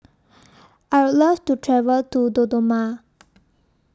I Would Love to travel to Dodoma